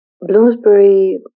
Bloomsbury